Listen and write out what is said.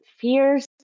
fears